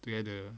together